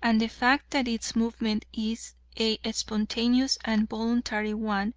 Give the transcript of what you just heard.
and the fact that its movement is a spontaneous and voluntary one